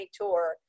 tour